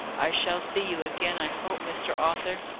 i shall see you again, i hope, mr. arthur?